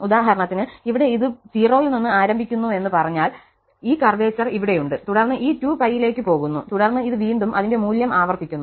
ഉദാഹരണത്തിന് ഇവിടെ ഇത് 0 ൽ നിന്ന് ആരംഭിക്കുന്നുവെന്ന് പറഞ്ഞാൽ ഈ കർവേചർ ഇവിടെയുണ്ട് തുടർന്ന് ഈ 2π ലേക്ക് പോകുന്നു തുടർന്ന് ഇത് വീണ്ടും അതിന്റെ മൂല്യം ആവർത്തിക്കുന്നു